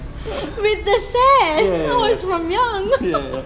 with the sass oh it's from young